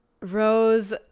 Rose